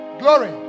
glory